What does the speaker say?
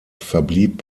verblieb